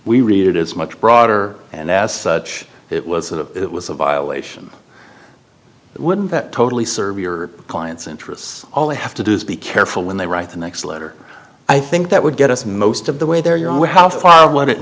we read it it's much broader and as such it was a it was a violation wouldn't that totally serve your client's interests all they have to do is be careful when they write the next letter i think that would get us most of the way there you know how far w